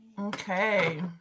okay